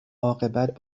عاقبت